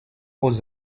aux